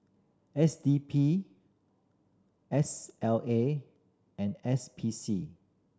S D P S L A and S P C